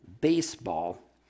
baseball